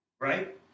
right